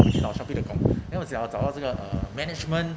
我就找 Shopee dot com then 我只好找了这个 uh management